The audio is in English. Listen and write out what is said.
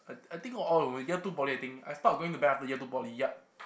I I think year two poly I think I stop going to band after year two poly yup